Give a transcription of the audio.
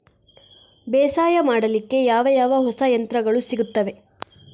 ಬೇಸಾಯ ಮಾಡಲಿಕ್ಕೆ ಯಾವ ಯಾವ ಹೊಸ ಯಂತ್ರಗಳು ಸಿಗುತ್ತವೆ?